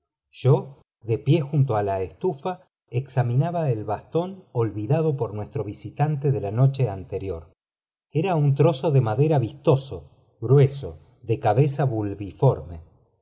yo de pie junto á la estufa examinaba el bastón olvidado por nuestro visitante de la noche anterior era un trozo de madera vistoso grueso de cabeza